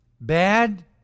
bad